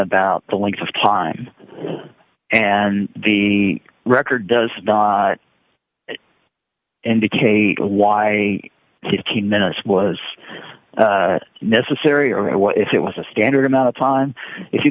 about the length of time and the record does not indicate why he's keen minutes was necessary or what if it was a standard amount of time if you